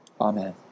Amen